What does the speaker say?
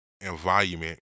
environment